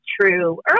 true